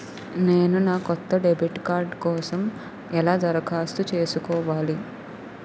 నేను నా కొత్త డెబిట్ కార్డ్ కోసం ఎలా దరఖాస్తు చేసుకోవాలి?